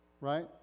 Right